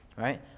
right